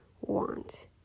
want